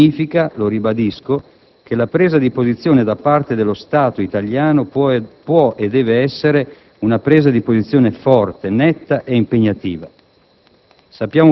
Questo significa - lo ribadisco - che la presa di posizione da parte dello Stato italiano può e deve essere forte, netta ed impegnativa.